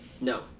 No